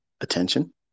attention